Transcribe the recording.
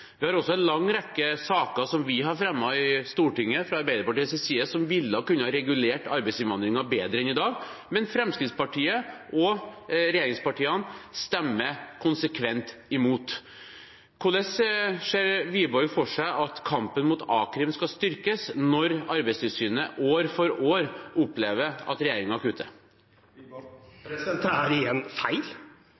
Vi har fra Arbeiderpartiets side fremmet en lang rekke saker i Stortinget som ville kunnet regulere arbeidsinnvandringen bedre enn i dag, men Fremskrittspartiet og regjeringspartiene stemmer konsekvent imot. Hvordan ser representanten Wiborg for seg at kampen mot a-krim skal styrkes når Arbeidstilsynet år for år opplever at regjeringen kutter?